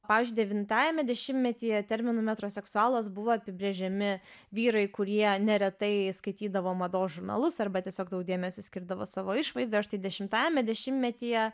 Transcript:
pavyzdžiui devintajame dešimtmetyje terminu metro seksualas buvo apibrėžiami vyrai kurie neretai skaitydavo mados žurnalus arba tiesiog daug dėmesio skirdavo savo išvaizdai o štai dešimtajame dešimtmetyje